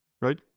Right